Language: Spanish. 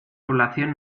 población